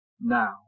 now